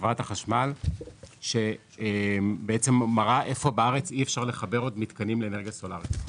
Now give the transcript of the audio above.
חברת החשמל שמראה היכן בארץ אי אפשר לחבר עוד מתקנים לאנרגיה סולרית.